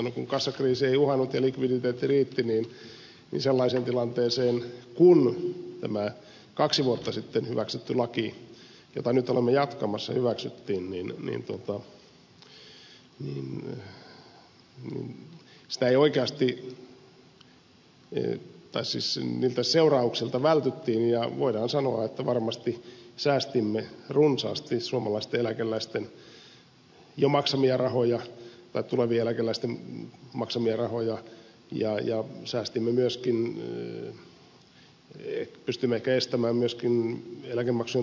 kun kassakriisi ei uhannut ja likviditeetti riitti niin tulimme sellaiseen tilanteeseen että tämä kaksi vuotta sitten hyväksytty laki jota nyt olemme jatkamassa hyväksyttiin ja niiltä seurauksilta vältyttiin ja voidaan sanoa että varmasti säästimme runsaasti suomalaisten eläkeläisten jo maksamia tai tulevien eläkeläisten rahoja ja pystyimme ehkä estämään myöskin eläkemaksujen tulevan korotustarpeen